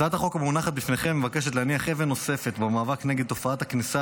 הצעת החוק המונחת בפניכם מבקשת להניח אבן נוספת במאבק נגד תופעת הכניסה